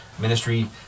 ministry